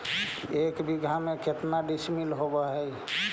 एक बीघा में केतना डिसिमिल होव हइ?